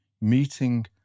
meeting